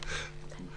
וגם אני ביקשתי,